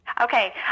Okay